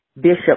Bishop